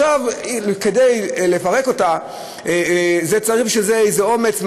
ועכשיו כדי לפרק אותה צריך איזה אומץ,